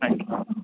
thank you